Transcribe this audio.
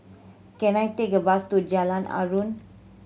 can I take a bus to Jalan Aruan